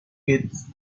gets